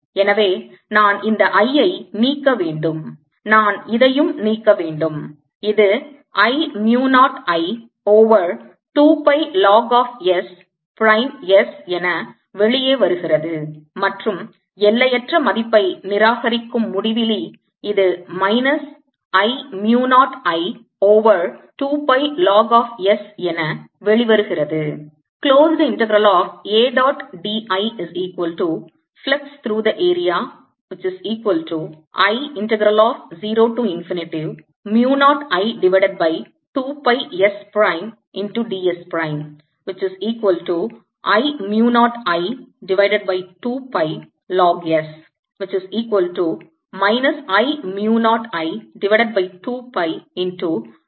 எனவே நான் இந்த I ஐ நீக்க வேண்டும் நான் இதையும் நீக்கவேண்டும் இது I mu 0 I over 2 pi log of s prime s என வெளியே வருகிறது மற்றும் எல்லையற்ற மதிப்பை நிராகரிக்கும் முடிவிலி இது minus I mu 0 I over 2 pi log of s என வெளிவருகிறது